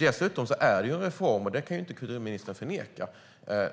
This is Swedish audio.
Dessutom är det en reform, och det kan inte kulturministern förneka,